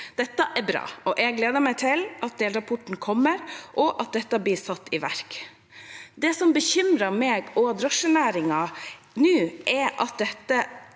Dette er bra, og jeg gleder meg til at delrapporten kommer og at dette blir satt i verk. Det som bekymrer meg og drosjenæringen nå, er at det